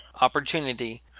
opportunity